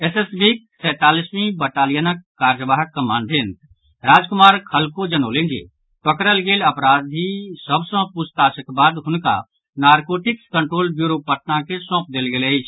एसएसबीक सैंतालीसवीं बटालियनक कार्यवाहक कमांडेंट राजकुमार खलखो जनौलनि जे पकड़ल गेल अपराधी सभ सँ पूछताछक बाद हुनका नारकोटिक्स कंट्रोल ब्यूरो पटना के सौंप देल गेल अछि